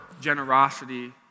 generosity